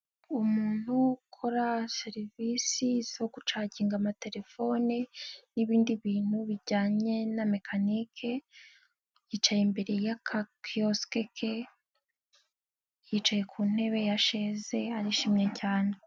Umuntu ukora serivisi zo gucaginga amatelefone n'ibindi bintu bijyanye na mekanike yicaye imbere y'agakiyosike ke, yicaye ku ntebe ya sheze arishimye cyane.